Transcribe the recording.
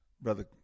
brother